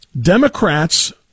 Democrats